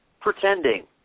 pretending